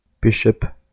bishop